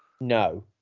No